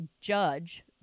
judge